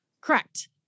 Correct